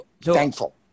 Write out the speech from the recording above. thankful